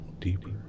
deeper